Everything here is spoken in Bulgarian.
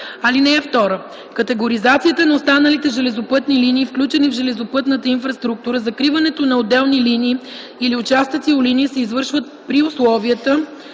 така: „(2) Категоризацията на останалите железопътни линии, включени в железопътната инфраструктура, закриването на отделни линии или участъци от линии, се извършват при условия